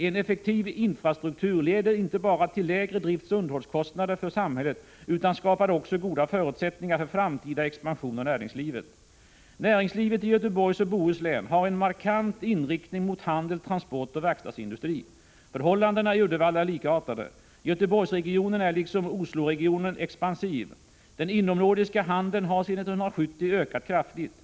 En effektiv infrastruktur leder inte bara till lägre driftsoch underhållskostnader för samhället utan skapar också goda förutsättningar för framtida expansion av näringslivet. Näringslivet i Göteborgs och Bohus län har en markant inriktning mot handel, transport och verkstadsindustri. Förhållandena i Uddevalla är likartade. Göteborgsregionen är liksom Osloregionen expansiv. Den inomnordiska handeln har sedan 1970 ökat kraftigt.